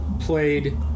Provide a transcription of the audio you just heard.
played